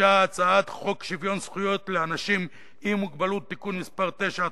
הוגשה הצעת חוק שוויון זכויות לאנשים עם מוגבלות (תיקון מס' 9),